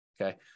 Okay